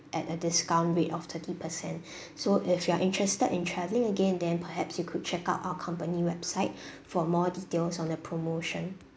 at a discount rate of thirty percent so if you are interested in travelling again then perhaps you could check out our company website for more details on the promotion